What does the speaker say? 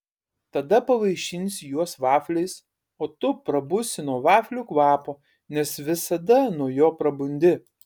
tada pavaišinsiu juos vafliais o tu prabusi nuo vaflių kvapo nes visada nuo jo prabundi